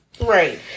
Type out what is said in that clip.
right